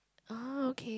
ah okay